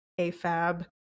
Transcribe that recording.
afab